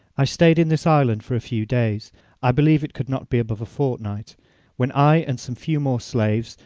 i stayed in this island for a few days i believe it could not be above a fortnight when i and some few more slaves,